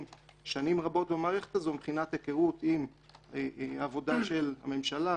שנים רבות במערכת הזאת מבחינת היכרות עם העבודה של הממשלה,